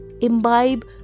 Imbibe